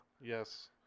Yes